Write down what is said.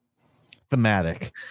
thematic